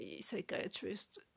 psychiatrist